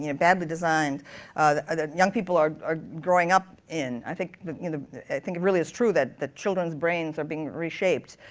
you know badly designed that young people are are growing up in. i think you know i think it really is true that that children's brains are being reshaped.